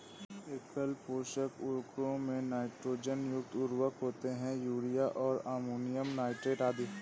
एकल पोषक उर्वरकों में नाइट्रोजन युक्त उर्वरक होते है, यूरिया और अमोनियम नाइट्रेट आदि